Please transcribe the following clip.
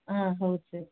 ಹಾಂ ಹೌದು ಸರ್